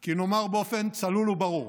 כי נאמר באופן צלול וברור: